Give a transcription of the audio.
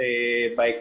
שלום